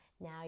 Now